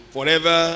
Forever